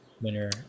winner